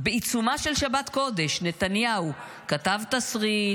בעיצומה של שבת קודש נתניהו כתב תסריט,